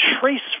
trace